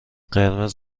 قرمز